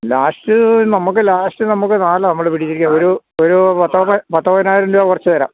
last നമുക്ക് last നമുക്ക് നാലിലാണ് നമ്മള് പിടിച്ചിരിക്കുന്നത് ഒരു പത്ത് പതിനായിരം രൂപ കുറച്ച് തരാം